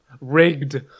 rigged